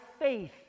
faith